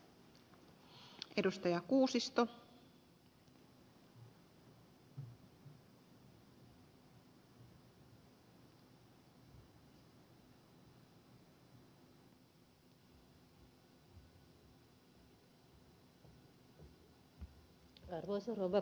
arvoisa rouva puhemies